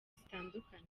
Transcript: zitandukanye